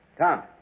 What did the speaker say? Tom